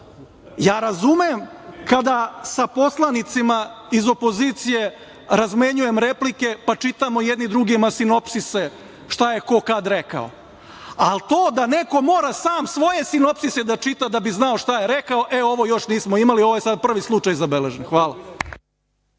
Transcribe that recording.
Ja razumem kada sa poslanicima iz opozicije razmenjujem replike pa čitamo jedni drugima sinopsise, šta je ko kada rekao, ali to da neko mora sam svoje sinopsise da čita da bi znao šta je rekao, ovo još nismo imali, ovo je prvi zabeležen slučaj.